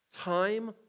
Time